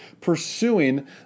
pursuing